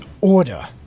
order